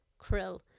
krill